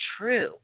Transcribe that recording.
true